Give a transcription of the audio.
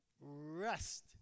rest